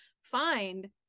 find